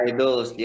Idols